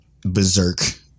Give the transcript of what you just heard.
Berserk